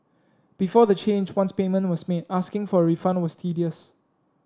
before the change once payment was made asking for a refund was tedious